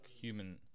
human